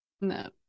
No